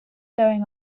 going